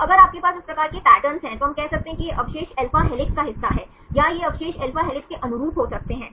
तो अगर आपके पास इस प्रकार के पैटर्न हैं तो हम कह सकते हैं कि ये अवशेष अल्फा हेलिक्स का हिस्सा हैं या ये अवशेष अल्फा हेलिक्स के अनुरूप हो सकते हैं